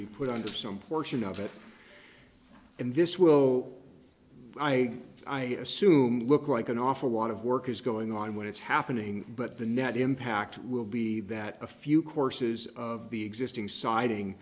be put under some portion of it and this will i i assume look like an awful lot of work is going on when it's happening but the net impact will be that a few courses of the existing siding